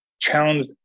challenge